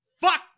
Fuck